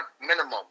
minimum